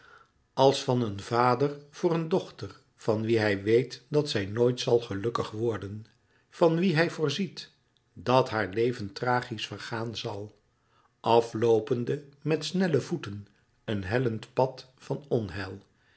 als van een vader voor eene dochter van wie hij weet dat zij nooit zal gelukkig worden van wie hij voorziet dat haar leven tragisch vergaan zal afloopende met snelle voeten een hellend pad van onheil